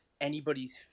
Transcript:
anybody's